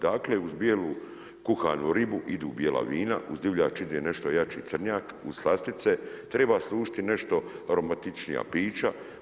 Dakle, uz bijelu kuhanu ribu idu bijela vina, uz divljač ide nešto jači crnjak, uz slastice treba služiti nešto aromatičnija pića.